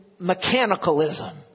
mechanicalism